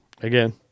Again